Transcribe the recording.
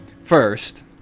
First